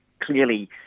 clearly